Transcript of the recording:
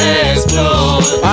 explode